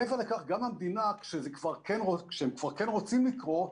מעבר לכך, גם המדינה, כשהם כבר כן רוצים לקרות,